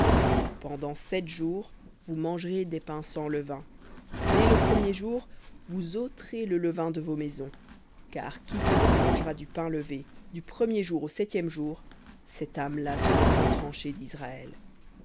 pendant sept jours vous mangerez des pains sans levain dès le premier jour vous ôterez le levain de vos maisons car quiconque mangera du pain levé du premier jour au septième jour cette âme là sera retranchée d'israël